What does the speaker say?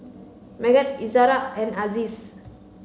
Megat Izara and Aziz